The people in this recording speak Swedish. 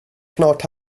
snart